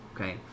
okay